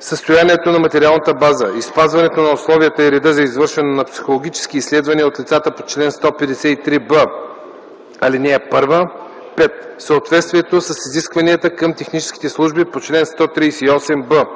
състоянието на материалната база и спазването на условията и реда за извършване на психологически изследвания от лицата по чл. 153б, ал. 1; 5. съответствието с изискванията към техническите служби по чл. 138б”.